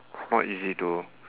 it's not easy to